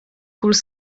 puls